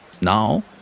Now